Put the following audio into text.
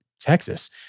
Texas